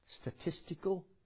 statistical